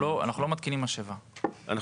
אבל אנחנו לא מתקינים כאן משאבה.